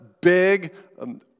big